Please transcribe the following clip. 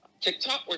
TikTok